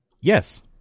Yes